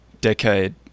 decade